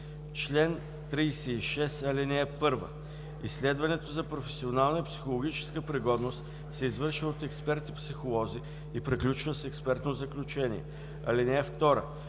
Чл. 36. (1) Изследването за професионална и психологическа пригодност се извършва от експерти психолози и приключва с експертно заключение. (2)